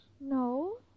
No